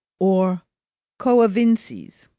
or coavinses.